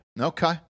Okay